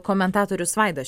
komentatorius vaidas